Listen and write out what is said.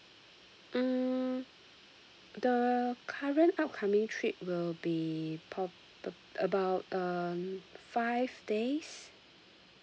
mm the current upcoming trip will be prob~ about uh five days